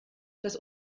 das